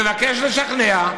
מבקש לשכנע,